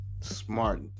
smart